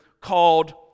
called